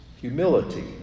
humility